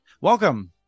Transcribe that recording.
Welcome